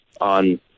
on